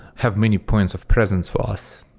have many points of presence for us?